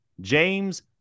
James